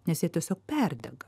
nes jie tiesiog perdega